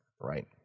right